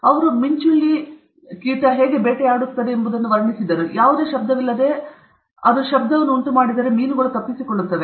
ಅವರು ಮಿಂಚುಳ್ಳಿ ಅದನ್ನು ಹೇಗೆ ಬೇಟೆಯಾಡುತ್ತಾರೆಯೆಂಬುದನ್ನು ವರ್ಣಿಸಿದರು ಮತ್ತು ನಂತರ ಯಾವುದೇ ಶಬ್ದವಿಲ್ಲದೆ ಅದು ಶಬ್ದವನ್ನು ಉಂಟುಮಾಡಿದರೆ ಮೀನುಗಳು ತಪ್ಪಿಸಿಕೊಳ್ಳುತ್ತವೆ